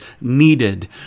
needed